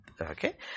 okay